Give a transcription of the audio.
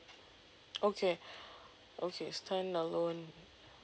okay okay standalone